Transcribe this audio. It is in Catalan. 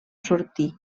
sortir